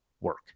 work